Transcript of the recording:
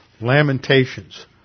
Lamentations